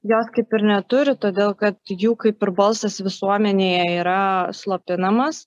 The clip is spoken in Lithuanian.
jos kaip ir neturi todėl kad jų kaip ir balsas visuomenėje yra slopinamas